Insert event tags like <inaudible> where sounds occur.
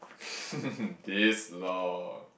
<laughs> this long